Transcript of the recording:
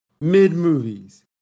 Mid-movies